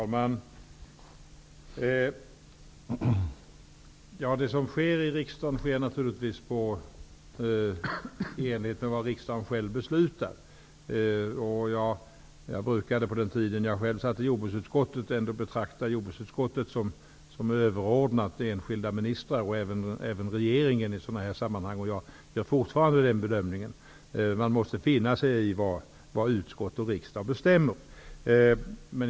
Herr talman! Det som sker i riksdagen sker naturligtvis i enlighet med vad riksdagen själv beslutar. Jag brukade på den tid jag själv satt i jordbruksutskottet ändå betrakta jordbruksutskottet som överordnat enskilda ministrar och även regeringen i sådana här sammanhang. Jag gör fortfarande den bedömningen. Man måste finna sig i vad utskott och riksdagen bestämmer.